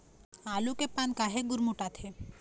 आलू के पान काहे गुरमुटाथे?